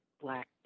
black